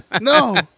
No